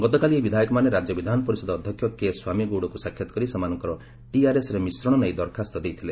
ଗତକାଲି ଏହି ବିଧାୟକମାନେ ରାଜ୍ୟ ବିଧାନ ପରିଷଦ ଅଧ୍ୟକ୍ଷ କେସ୍ୱାମୀ ଗୌଡ଼କୁ ସାକ୍ଷାତ କରି ସେମାନଙ୍କର ଟିଆର୍ଏସ୍ରେ ମିଶ୍ରଣ ନେଇ ଦରଖାସ୍ତ ଦେଇଥିଲେ